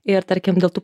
ir tarkim dėl tų